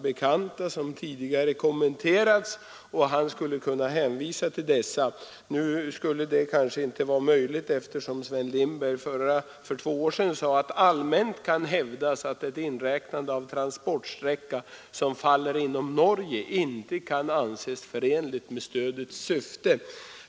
Han har tidigare kommenterat dem och skulle kunna hänvisa till vad han då sagt. Nu är detta dock inte möjligt, eftersom herr Lindberg för två år sedan sade att det allmänt kan hävdas att ett inräknande av transportsträcka som faller inom Norge inte kan anses förenligt med stödets syfte.